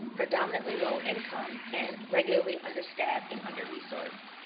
predominantly low income, and regularly understaffed and under-resourced.